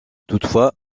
toutefois